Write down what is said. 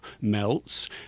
melts